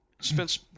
Spence